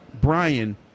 Brian